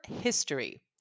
history